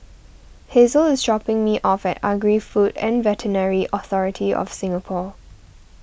Hazle is dropping me off at Agri Food and Veterinary Authority of Singapore